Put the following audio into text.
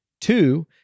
Two